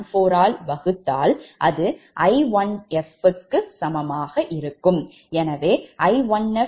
14 ஆல்வகுத்தால் அது I1f சமம் ஆகும்